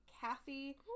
Kathy